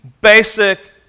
basic